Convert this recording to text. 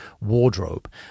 wardrobe